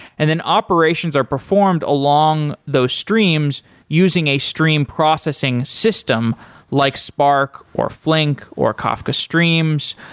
and then operations are performed along those streams using a stream processing system like spark, or flink, or kafka streams.